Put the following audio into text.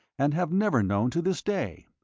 and have never known to this day.